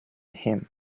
him